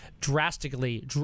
drastically